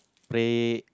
pray